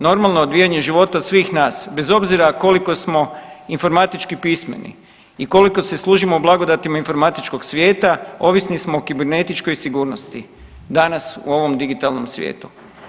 Normalno odvijanje života svih nas, bez obzira koliko smo informatički pismeni i koliko se služimo blagodatima informatičkog svijeta ovisni smo o kibernetičkoj sigurnosti danas u ovom digitalnom svijetu.